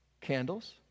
candles